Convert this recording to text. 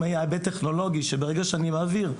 אם היה היבט טכנולוגי שברגע שאני מעביר,